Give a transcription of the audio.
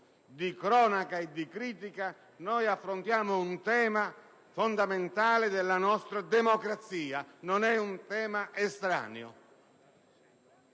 di cronaca e di critica) si affronta un tema fondamentale della nostra democrazia. Non è un tema estraneo.